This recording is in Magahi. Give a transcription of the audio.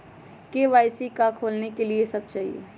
के.वाई.सी का का खोलने के लिए कि सब चाहिए?